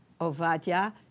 Ovadia